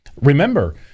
remember